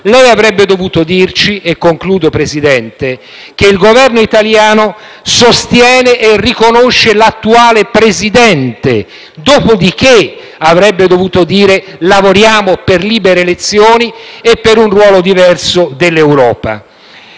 Lei avrebbe dovuto dirci - e concludo, signor Presidente - che il Governo italiano sostiene e riconosce l'attuale Presidente, dopodiché avrebbe dovuto dire: lavoriamo per libere elezioni e per un ruolo diverso dell'Europa.